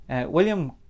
William